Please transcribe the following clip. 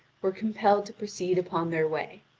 were compelled to proceed upon their way.